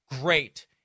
great